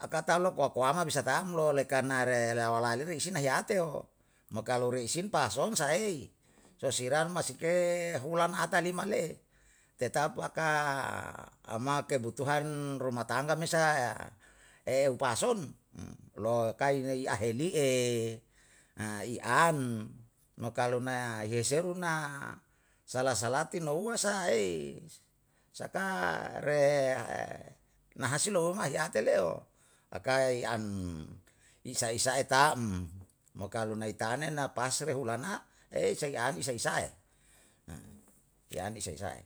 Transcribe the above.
akatalo loko akuama bisa tam lo, oleh karna re rawalaleri isin na ahiyateo, mo kalu riisin pason, saei sosiran maske hulana ata lima le'e tetap laka ama kebutuhan rumah tangga me sae eu pason, lo'o kai nai ni aheni'e, i an, mo kalu yeseru na sala salati nouwe sa esaka re na hasiloloma heyate le'eo, akaya in an isa isa'e tam mo kalu nai taane na paasre hulana, sei an ni isa isae i an isa isae